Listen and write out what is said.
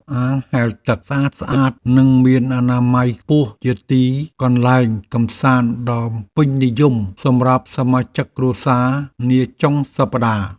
អាងហែលទឹកស្អាតៗនិងមានអនាម័យខ្ពស់ជាទីកន្លែងកម្សាន្តដ៏ពេញនិយមសម្រាប់សមាជិកគ្រួសារនាចុងសប្តាហ៍។